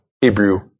Hebrew